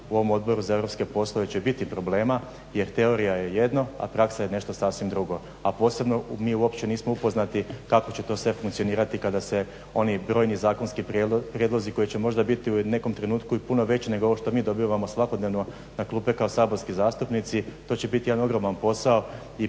u ovom Odboru za europske poslove će biti problema jer teorija je jedno, a praksa je nešto sasvim drugo, a posebno mi uopće nismo upoznati kako će to sve funkcionirati kada se oni brojni zakonski prijedlozi koji će možda biti u nekom trenutku i puno veći nego ovo što mi dobivamo svakodnevno na klupe kao saborski zastupnici. To će biti jedan ogroman posao